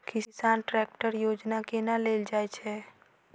किसान ट्रैकटर योजना केना लेल जाय छै?